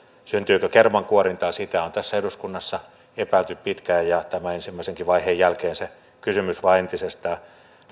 syntyykö kermankuorintaa sitä on tässä eduskunnassa epäilty pitkään ja tämän ensimmäisenkin vaiheen jälkeen se kysymys vain entisestään